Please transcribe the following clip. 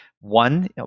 one